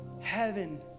Heaven